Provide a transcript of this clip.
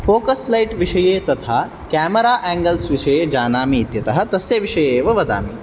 focus light विषये तथा camera angles विषये जानामि इत्यतः तस्य विषये एव वदामि